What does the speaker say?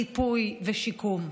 ריפוי ושיקום.